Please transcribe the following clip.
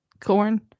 corn